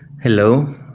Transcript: Hello